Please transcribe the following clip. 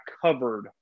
covered